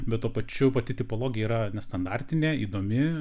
bet tuo pačiu pati tipologija yra nestandartinė įdomi